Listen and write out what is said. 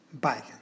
Bye